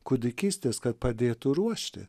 kūdikystės kad padėtų ruošti